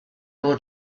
will